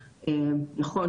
נכון,